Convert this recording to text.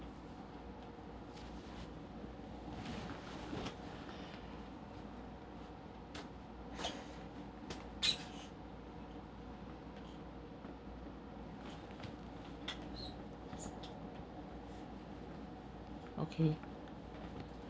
okay